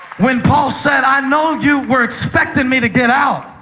when paul said, i know you were expecting me to get out,